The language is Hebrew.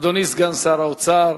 אדוני, סגן שר האוצר,